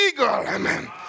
Amen